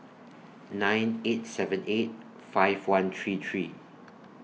nine eight seven eight five one three three